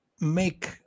make